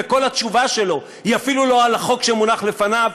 וכל התשובה שלו היא אפילו לא על החוק שמונח לפניו,